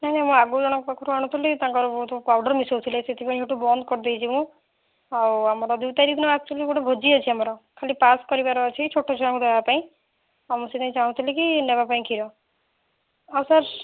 ନାଇଁ ନାଇଁ ମୁଁ ଆଗରୁ ଜଣଙ୍କ ପାଖରୁ ଆଣୁଥିଲି ତାଙ୍କର ବହୁତ ପାଉଡ଼ର୍ ମିଶଉଥିଲେ ସେଥିପାଇଁ ସେଠୁ ବନ୍ଦ୍ କରିଦେଇଛି ମୁଁ ଆଉ ଆମର ଦୁଇ ତାରିଖ ଦିନ ଏକ୍ଚୌଲି ଗୋଟେ ଭୋଜି ଅଛି ଆମର ଖାଲି ପାସ୍ କରିବାର ଅଛି ଛୋଟ ଛୁଆଙ୍କୁ ଦେବାପାଇଁ ଆଉ ମୁଁ ସେଇଥିପାଇଁ ଚାହୁଁଥିଲି କି ନେବାପାଇଁ କ୍ଷୀର ଆଉ ସାର୍